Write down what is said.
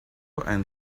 and